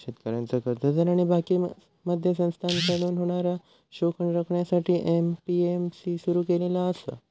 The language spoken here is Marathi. शेतकऱ्यांचा कर्जदार आणि बाकी मध्यस्थांकडसून होणारा शोषण रोखण्यासाठी ए.पी.एम.सी सुरू केलेला आसा